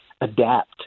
adapt